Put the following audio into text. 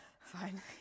Fine